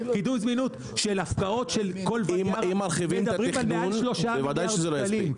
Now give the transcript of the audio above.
קידום זמינות של הפקעות של כל --- מדברים על מעל 3 מיליארד שקלים.